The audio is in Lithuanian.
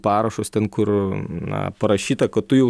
parašus ten kur na parašyta kad tu jau